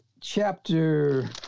chapter